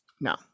No